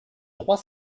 trois